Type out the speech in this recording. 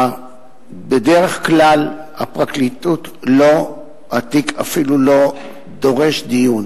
בדרך כלל בפרקליטות התיק אפילו לא דורש דיון,